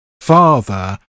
father